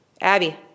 Abby